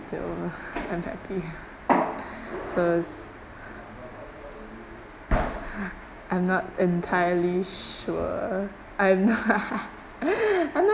until unhappy so it's I'm not entirely sure I'm not I'm not